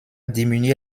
diminué